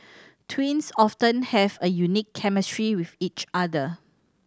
twins have a unique chemistry with each other